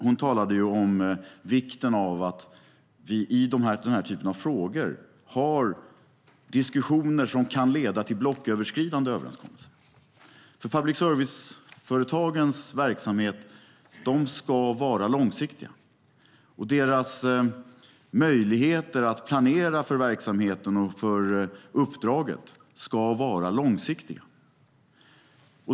Hon talade om vikten av att vi i den här typen av frågor har diskussioner som kan leda till blocköverskridande överenskommelser. Public service-företagens verksamhet ska vara långsiktig, och deras möjligheter att planera för verksamheten och för uppdraget ska vara långsiktiga.